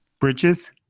Bridges